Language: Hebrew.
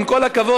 עם כל הכבוד,